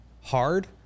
hard